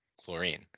chlorine